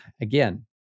Again